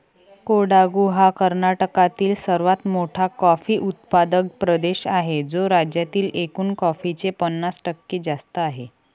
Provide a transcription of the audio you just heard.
कोडागु हा कर्नाटकातील सर्वात मोठा कॉफी उत्पादक प्रदेश आहे, जो राज्यातील एकूण कॉफीचे पन्नास टक्के जास्त आहे